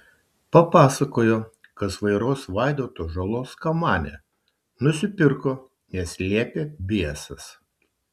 papasakojo kas vairuos vaidoto žalos kamanę nusipirko nes liepė biesas